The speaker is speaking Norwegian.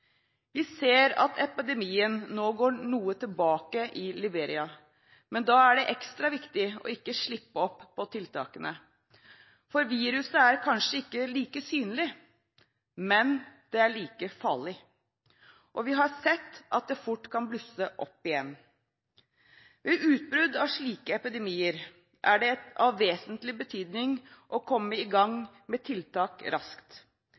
Vi ser at epidemien nå går noe tilbake i Liberia, men da er det ekstra viktig ikke å slippe opp på tiltakene, for viruset er kanskje ikke like synlig, men det er like farlig. Vi har sett at det fort kan blusse opp igjen. Ved utbrudd av slike epidemier er det av vesentlig betydning å komme i gang med tiltak raskt.